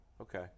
Okay